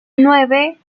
nueve